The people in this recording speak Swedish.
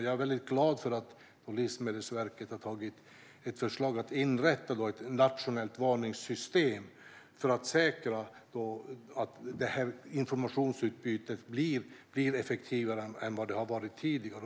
Jag är väldigt glad för att Livsmedelsverket har tagit fram ett förslag om att inrätta ett nationellt varningssystem för att säkra att informationsutbytet blir effektivare än vad det har varit tidigare.